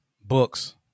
books